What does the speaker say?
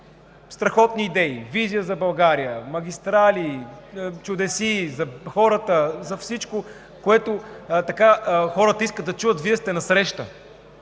страхотни идеи, визия за България, магистрали, чудесии за хората. За всичко, което хората искат да чуят, Вие сте насреща.